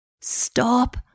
Stop